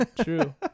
True